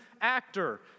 actor